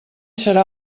serà